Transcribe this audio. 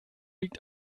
liegt